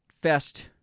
fest